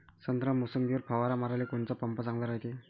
संत्रा, मोसंबीवर फवारा माराले कोनचा पंप चांगला रायते?